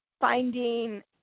finding